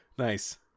nice